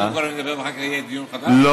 אדוני היושב-ראש, לא,